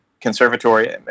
conservatory